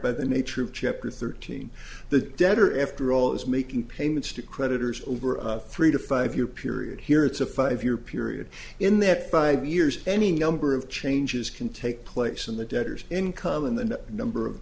by the nature of chapter thirteen the debtor after all is making payments to creditors over a three to five year period here it's a five year period in that five years any number of changes can take place in the debtors income and the number of